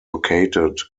located